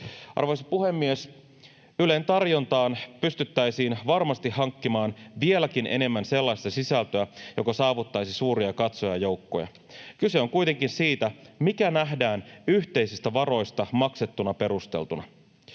Arvoisa puhemies! Ylen tarjontaan pystyttäisiin varmasti hankkimaan vieläkin enemmän sellaista sisältöä, joka saavuttaisi suuria katsojajoukkoja. Kyse on kuitenkin siitä, mikä nähdään yhteisistä varoista maksettuna perustelluksi.